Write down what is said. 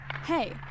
hey